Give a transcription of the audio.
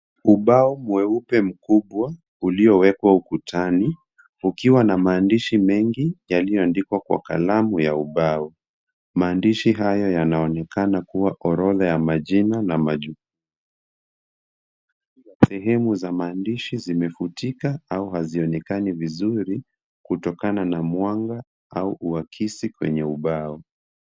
Ubao mweupe mkubwa uliowekwa ukutani, ukiwa na maandishi mengi yaliyoandikwa kwa kalamu ya ubao. Maandishi hayo yanaonekana kuwa orodha ya majina na majukumu. Sehemu za maandishi zimefutika au hazionekani vizuri, kutokana na mwanga au uakisi kwenye ubao.